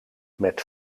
met